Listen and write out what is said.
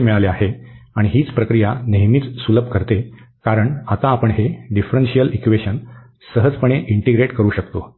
मिळाले आहे आणि हीच प्रक्रिया नेहमीच सुलभ करते कारण आता आपण हे डिफ्रन्शीयल इक्वेशन सहजपणे इंटीग्रेट करू शकतो